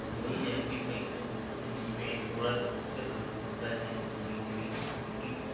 वहीं जा कर मई जून में थोड़ा सा दिक्कत होता है पानी के लिए लेकिन